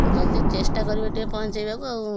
ଜଲ୍ଦି ଚେଷ୍ଟା କରିବେ ଟିକେ ପହଞ୍ଚାଇବାକୁ ଆଉ